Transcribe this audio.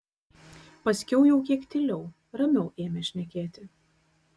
paskiau jau kiek tyliau ramiau ėmė šnekėti